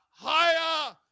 Higher